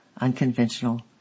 unconventional